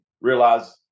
realize